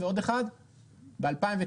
וב-2019,